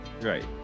Right